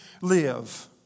live